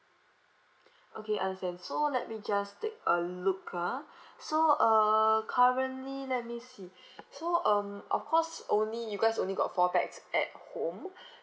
okay understand so let me just take a look ah so uh currently let me see so um of course only you guys only got four pax at home